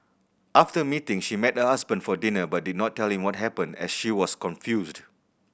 after the meeting she met her husband for dinner but did not tell him what happened as she was confused